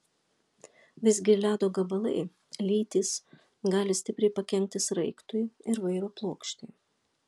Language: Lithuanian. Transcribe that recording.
visgi ledo gabalai lytys gali stipriai pakenkti sraigtui ir vairo plokštei